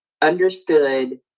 understood